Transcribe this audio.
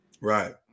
Right